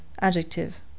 adjective